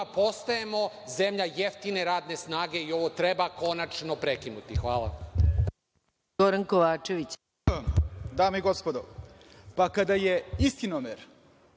postajemo zemlja jeftine radne snage i ovo treba konačno prekinuti. Hvala.